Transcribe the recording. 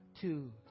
two